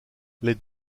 les